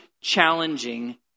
challenging